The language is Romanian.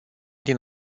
din